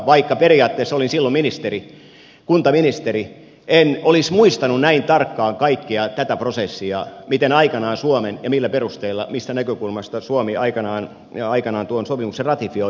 vaikka periaatteessa olin silloin kuntaministeri en olisi muistanut näin tarkkaan kaikkea tätä prosessia miten aikanaan ja millä perusteilla mistä näkökulmasta suomi aikanaan tuon sopimuksen ratifioi